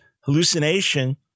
hallucination